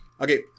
Okay